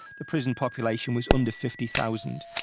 the prison population was under fifty thousand.